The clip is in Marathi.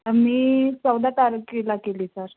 मी चौदा तारखेला केली सर